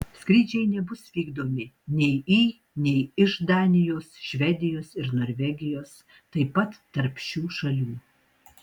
skrydžiai nebus vykdomi nei į nei iš danijos švedijos ir norvegijos taip pat tarp šių šalių